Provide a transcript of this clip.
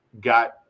got